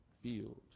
field